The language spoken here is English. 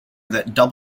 that